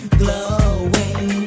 glowing